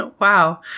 Wow